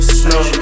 snow